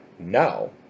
No